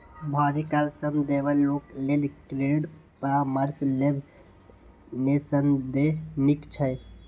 भारी कर्ज सं दबल लोक लेल क्रेडिट परामर्श लेब निस्संदेह नीक छै